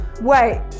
Wait